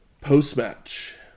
Post-match